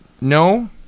no